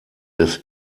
des